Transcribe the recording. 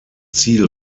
ziel